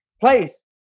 place